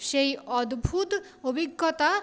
সেই অদ্ভূত অভিজ্ঞতা